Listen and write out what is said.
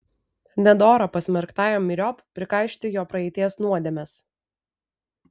nedora pasmerktajam myriop prikaišioti jo praeities nuodėmes